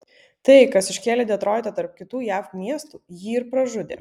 tai kas iškėlė detroitą tarp kitų jav miestų jį ir pražudė